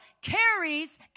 carries